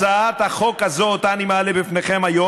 הצעת החוק הזאת שאותה אני מעלה בפניכם היום